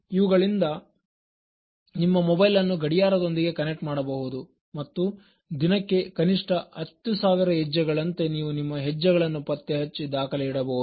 ಇವುಗಳಿಂದ ನಿಮ್ಮ ಮೊಬೈಲನ್ನು ಗಡಿಯಾರದೊಂದಿಗೆ ಕನ್ನೆಕ್ಟ್ ಮಾಡಬಹುದು ಮತ್ತು ದಿನಕ್ಕೆ ಕನಿಷ್ಠ 10000 ಹೆಜ್ಜೆಗಳಂತೆ ನೀವು ನಿಮ್ಮ ಹೆಜ್ಜೆಗಳನ್ನು ಪತ್ತೆಹಚ್ಚಿ ದಾಖಲೆ ಇಡಬಹುದು